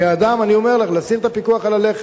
כאדם, אני אומר לך, להסיר את הפיקוח על הלחם,